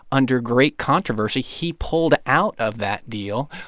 under great controversy, he pulled out of that deal.